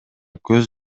көз